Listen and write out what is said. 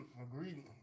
agreed